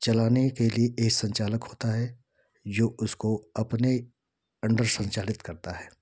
चलाने के लिए ये संचालक होता है जो उसको अपने अंडर संचालित करता है